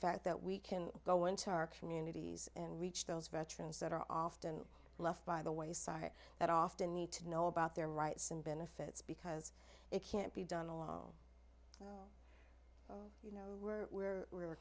fact that we can go into our communities and reach those veterans that are often left by the way sorry that often need to know about their rights and benefits because it can't be done along you know we're we're